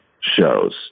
shows